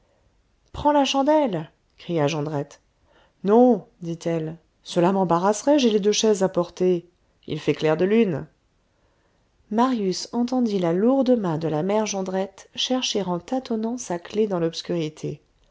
prends la chandelle cria jondrette non dit-elle cela m'embarrasserait j'ai les deux chaises à porter il fait clair de lune marius entendit la lourde main de la mère jondrette chercher en tâtonnant sa clef dans l'obscurité